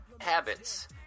habits